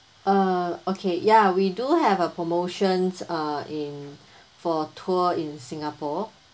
uh okay ya we do have a promotions uh in for tour in singapore